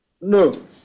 No